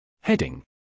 Heading